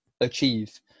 achieve